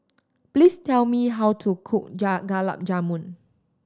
please tell me how to cook Gulab Jamun